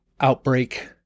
outbreak